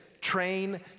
Train